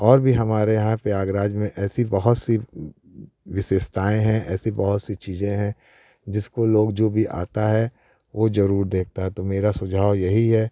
और भी हमारे यहाँ प्रयागराज में ऐसी बहुत सी विशेषताएँ है ऐसी बहुत सी चीज़ें हैं जिसको लोग जो भी आता है वह ज़रूर देखता है तो मेरा सुझाव यही है